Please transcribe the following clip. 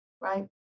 Right